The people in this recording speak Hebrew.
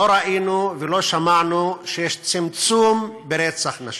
לא ראינו ולא שמענו שיש צמצום ברצח נשים.